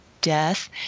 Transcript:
death